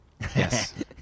yes